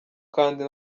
kandi